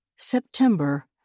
September